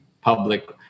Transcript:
public